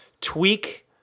tweak